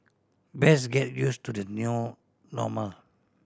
best get use to the new normal